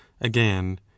again